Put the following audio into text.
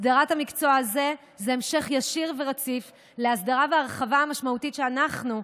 הסדרת המקצוע הזה היא המשך ישיר ורציף להסדרה והרחבה המשמעותית שאנחנו,